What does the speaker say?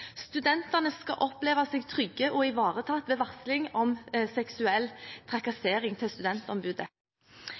Studentene skal kjenne seg trygge og ivaretatt ved varsling om seksuell trakassering til studentombudet.